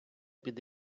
під